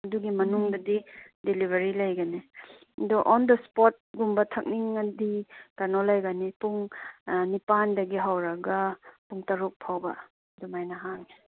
ꯑꯗꯨꯒꯤ ꯃꯅꯨꯡꯗꯗꯤ ꯗꯦꯂꯤꯚꯔꯤ ꯂꯩꯒꯅꯤ ꯑꯗꯣ ꯑꯣꯟ ꯗ ꯏꯁ꯭ꯄꯣꯠꯀꯨꯝꯕ ꯊꯛꯅꯤꯡꯉꯗꯤ ꯀꯩꯅꯣ ꯂꯩꯒꯅꯤ ꯄꯨꯡ ꯅꯤꯄꯥꯜꯗꯒꯤ ꯍꯧꯔꯒ ꯄꯨꯡ ꯇꯥꯔꯨꯛꯐꯥꯎꯕ ꯑꯗꯨꯃꯥꯏꯅ ꯍꯥꯡꯉꯦ